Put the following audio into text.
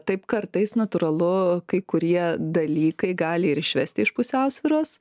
taip kartais natūralu kai kurie dalykai gali ir išvesti iš pusiausvyros